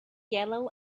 yellow